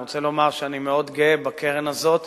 אני רוצה לומר שאני מאוד גאה בקרן הזו,